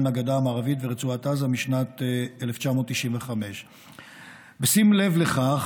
הגדה המערבית ורצועת עזה משנת 1995. בשים לב לכך,